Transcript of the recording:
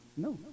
No